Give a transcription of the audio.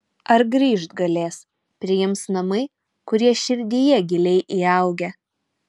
ar grįžt galės priims namai kurie širdyje giliai įaugę